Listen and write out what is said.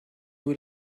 vous